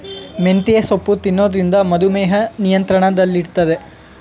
ಮೆಂತ್ಯೆ ಸೊಪ್ಪು ತಿನ್ನೊದ್ರಿಂದ ಮಧುಮೇಹ ನಿಯಂತ್ರಣದಲ್ಲಿಡ್ತದೆ